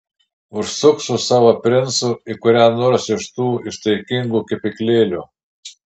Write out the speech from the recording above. užsuk su savo princu į kurią nors iš tų ištaigingų kepyklėlių